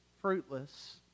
fruitless